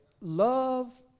love